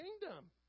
kingdom